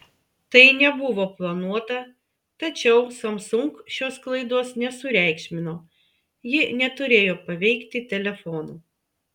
tai nebuvo planuota tačiau samsung šios klaidos nesureikšmino ji neturėjo paveikti telefonų